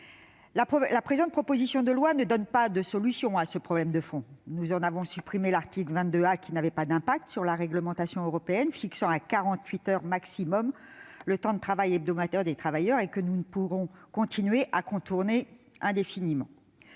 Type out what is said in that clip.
La présente proposition de loi ne donne pas de solution à ces problèmes de fond. Nous en avons supprimé l'article 22 A, qui n'avait pas d'impact sur la réglementation européenne fixant à 48 heures le temps de travail hebdomadaire maximum, et que nous ne pourrons pas continuer à contourner indéfiniment.